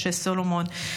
משה סולומון,